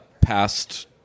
past